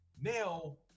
Now